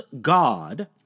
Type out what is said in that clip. God—